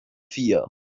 here